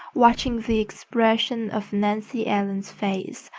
watching the expression of nancy ellen's face,